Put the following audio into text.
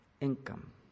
income